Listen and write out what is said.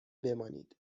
بمانید